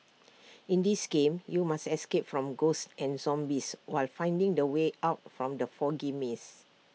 in this game you must escape from ghosts and zombies while finding the way out from the foggy maze